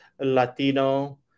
Latino